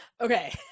Okay